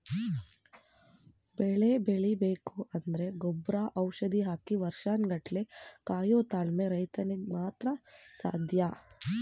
ಬೆಳೆ ಬೆಳಿಬೇಕು ಅಂದ್ರೆ ಗೊಬ್ರ ಔಷಧಿ ಹಾಕಿ ವರ್ಷನ್ ಗಟ್ಲೆ ಕಾಯೋ ತಾಳ್ಮೆ ರೈತ್ರುಗ್ ಮಾತ್ರ ಸಾಧ್ಯ